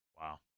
Wow